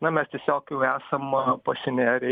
na mes tiesiog jau esam pasinėrę